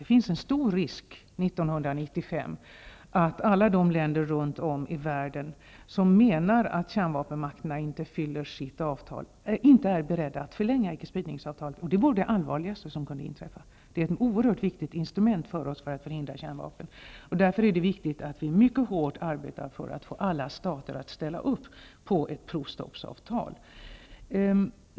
Det finns en stor risk för att år 1995 alla de länder runt om i världen som menar att kärnvapenmakterna inte fyller sin del av avtalet inte är beredda att förlänga icke-spridningsavtalet. Det vore det allvarligaste som kunde inträffa. Det är ett oerhört viktigt instrument för att förhindra kärnvapen, och därför är det viktigt att vi mycket hårt arbetar för att få alla stater att ställa upp på ett provstoppsavtal.